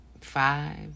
five